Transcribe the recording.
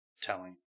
telling